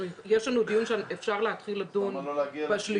אפשר להתחיל לדון ב-30